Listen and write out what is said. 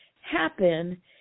happen